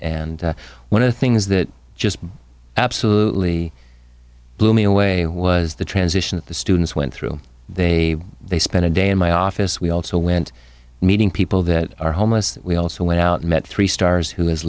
and one of the things that just absolutely blew me away was the transition that the students went through they they spent a day in my office we also went meeting people that are homeless we also went out and met three stars who has